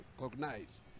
recognize